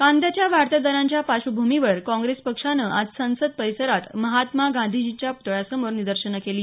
कांद्याच्या वाढत्या दरांच्या पार्श्वभूमीवर काँप्रेस पक्षानं आज संसद परिसरात महात्मा गांधीजींच्या पुतळ्यासमोर निदर्शनं केली